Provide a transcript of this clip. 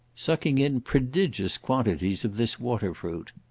sucking in prodigious quantities of this water-fruit.